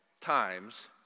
times